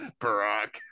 Barack